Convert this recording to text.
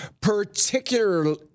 particularly